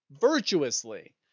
Virtuously